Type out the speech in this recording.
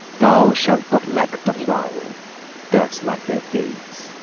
thou shalt not lack the flower that's like thy face,